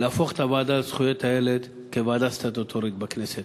להפוך את הוועדה לזכויות הילד לוועדה סטטוטורית בכנסת.